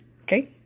Okay